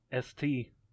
ST